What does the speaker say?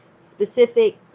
specific